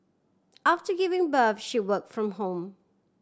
after giving birth she work from home